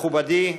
מכובדי,